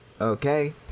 okay